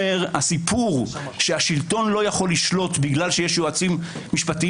הסיפור שהשלטון לא יכול לשלוט בגלל שיש יועצים משפטיים